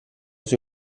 sui